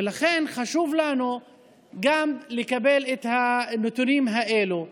ולכן חשוב לנו לקבל גם את הנתונים האלה.